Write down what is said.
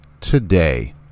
today